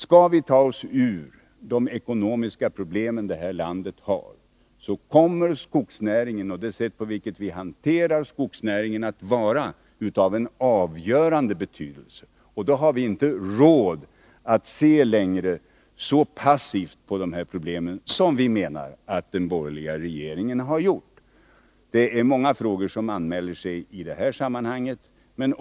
Skall vi ta oss ur de ekonomiska problem som det här landet har, kommer skogsnäringen och det sätt på vilket vi hanterar den att vara av avgörande betydelse. Då har vi inte råd att se så passivt på dessa problem som vi menar att den borgerliga regeringen har gjort. Det är många frågor som anmäler sig i detta sammanhang.